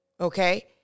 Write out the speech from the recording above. Okay